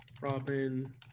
Robin